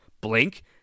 blink